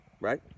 right